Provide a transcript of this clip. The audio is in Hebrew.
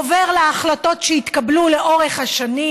עובר להחלטות שהתקבלו לאורך השנים,